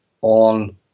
on